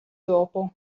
dopo